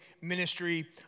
ministry